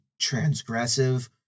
transgressive